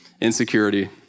insecurity